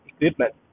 equipment